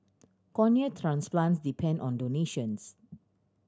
cornea transplants depend on donations